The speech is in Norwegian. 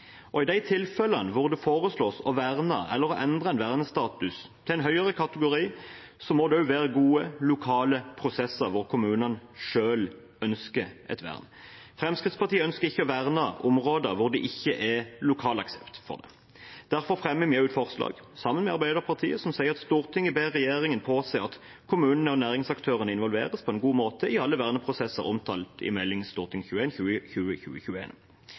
I de tilfellene hvor det foreslås å verne eller å endre en vernestatus til en høyere kategori, må det være gode lokale prosesser hvor kommunen selv ønsker et vern. Fremskrittspartiet ønsker ikke å verne områder hvor det ikke er lokal aksept for det. Derfor fremmer vi et forslag sammen med Arbeiderpartiet, som sier: «Stortinget ber regjeringen påse at kommunene og næringsaktørene involveres på en god måte i alle verneprosessene omtalt i